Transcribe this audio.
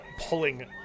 pulling